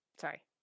Sorry